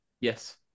Yes